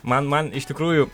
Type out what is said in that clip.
man man iš tikrųjų